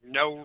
no